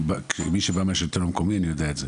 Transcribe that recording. וכמי שבא מהשלטון המקומי אני יודע את זה.